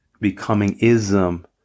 Becoming-ism